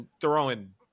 throwing